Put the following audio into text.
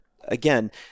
again